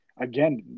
again